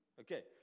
Okay